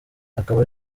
akaba